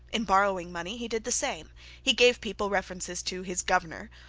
in borrowing money he did the same he gave people references to his governor,